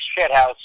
shithouse